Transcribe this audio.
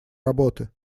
работы